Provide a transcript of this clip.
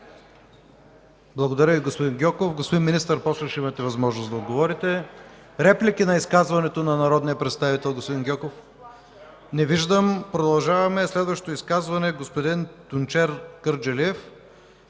Благодаря Ви, господин Гьоков. Господин Министър, после ще имате възможност да отговорите. Реплики на изказването на народния представител господин Гьоков? Не виждам. Продължаваме със следващото изказване – господин Тунчер Кърджалиев.